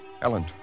Ellen